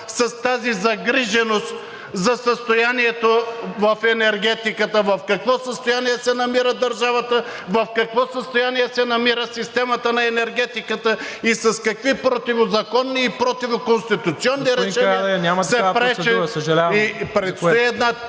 с тази загриженост за състоянието в енергетиката. В какво състояние се намира държавата, в какво състояние се намира системата на енергетиката и с какви противозаконни и противоконституционни решения се пречи?